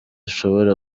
ashobora